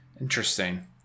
interesting